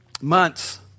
months